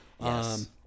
Yes